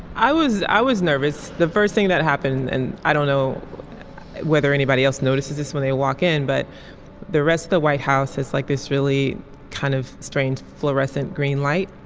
i was i was nervous the first thing that happened and i don't know whether anybody else noticed this when they walk in. but the rest of the white house is like this really kind of strange fluorescent green light.